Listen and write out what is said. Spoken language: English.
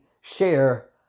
share